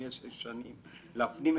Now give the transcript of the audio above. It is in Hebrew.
קיימות,